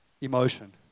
emotion